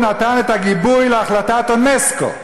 הוא נתן את הגיבוי להחלטת אונסק"ו,